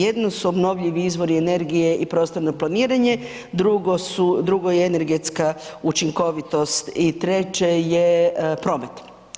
Jedno su obnovljivi izvori energije i prostorno planiranje, drugo su, drugo je energetska učinkovitost i treće je promet.